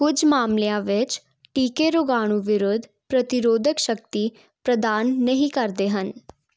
ਕੁੱਝ ਮਾਮਲਿਆਂ ਵਿੱਚ ਟੀਕੇ ਰੋਗਾਣੂ ਵਿਰੁੱਧ ਪ੍ਰਤੀਰੋਧਕ ਸ਼ਕਤੀ ਪ੍ਰਦਾਨ ਨਹੀਂ ਕਰਦੇ ਹਨ